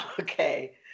Okay